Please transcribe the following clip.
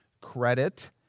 credit